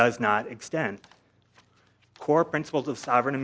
does not extend core principles of sovereign